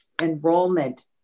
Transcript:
enrollment